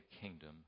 kingdom